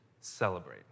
celebrate